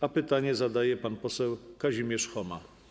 A pytanie zadaje pan poseł Kazimierz Choma.